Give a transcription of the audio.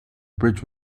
bridge